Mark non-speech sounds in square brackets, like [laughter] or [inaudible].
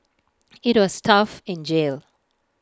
[noise] IT was tough in jail